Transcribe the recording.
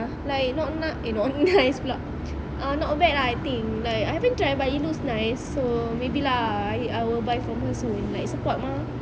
like not ni~ eh not nice pulak ah not bad ah I think like I haven't try but it looks nice so maybe lah I I will buy from her soon like support mah he wanted a good